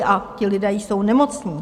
A ti lidé jsou nemocní.